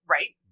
Right